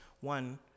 one